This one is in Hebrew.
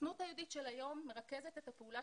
הסוכנות ההודית של היום מרכזת את הפעולה